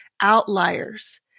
outliers